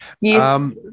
Yes